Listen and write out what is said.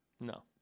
No